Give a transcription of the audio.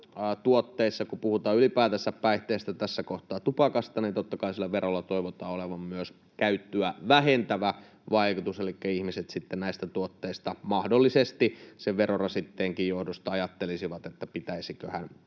tuotteissa, kun puhutaan ylipäätänsä päihteistä, tässä kohtaa tupakasta, sillä verolla toivotaan olevan myös käyttöä vähentävä vaikutus, niin että ihmiset näistä tuotteista mahdollisesti sitten sen verorasitteenkin johdosta ajattelisivat, että pitäisiköhän